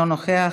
אינו נוכח.